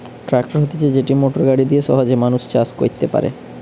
tractor হতিছে যেটি motor গাড়ি দিয়া সহজে মানুষ চাষ কইরতে পারে